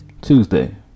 tuesday